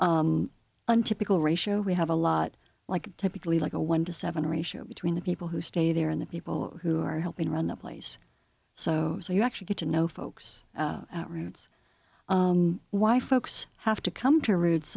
very untypical ratio we have a lot like typically like a one to seven ratio between the people who stay there and the people who are helping run the place so you actually get to know folks roots and why folks have to come to roots